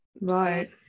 right